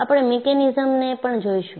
આપણે મિકેનીઝમને પણ જોઈશું